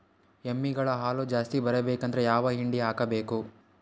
ಎಮ್ಮಿ ಗಳ ಹಾಲು ಜಾಸ್ತಿ ಬರಬೇಕಂದ್ರ ಯಾವ ಹಿಂಡಿ ಹಾಕಬೇಕು?